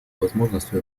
возможностью